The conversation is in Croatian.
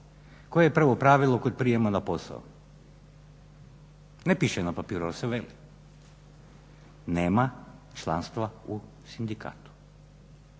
koje je prvo pravilo kod prijema na posao? Ne piše na papiru, ali se veli. Nema članstva u sindikatu.